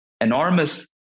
enormous